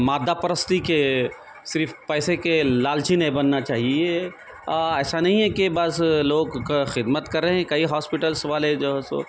مادہ پرستی کے صرف پیسے کے لالچی نہیں بننا چاہیے ایسا نہیں کہ بعض لوگ خدمت کر رہے ہیں کئی ہاسپیٹلس والے جو ہے سو